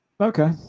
Okay